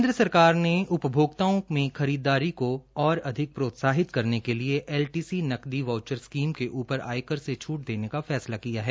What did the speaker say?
केन्द्र सरकार ने उपभोक्ताओं में खरीददारी को और अधिक प्रोत्साहित करने के लिए एल टी सी नकदी वाउचर स्कीम के ऊपर आयकर से छूट देने का फैसला लिया है